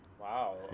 Wow